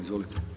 Izvolite.